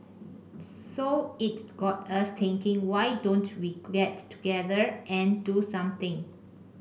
so it got us thinking why don't we get together and do something